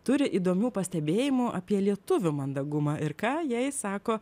turi įdomių pastebėjimų apie lietuvių mandagumą ir ką jai sako